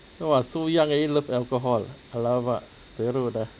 !wah! so young already love alcohol ah !alamak! teruk ah